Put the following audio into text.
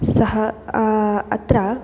सः अत्र